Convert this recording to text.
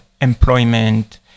employment